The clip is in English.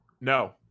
No